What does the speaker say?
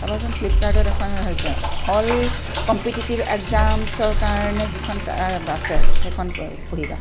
চাবাচোন ফ্লিপকাৰ্টত এখন হেৰিকৈ অল কম্পিটেটিভ এক্সামছৰ কাৰণে যিখন আছে সেইখন প পঢ়িবা